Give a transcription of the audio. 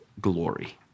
glory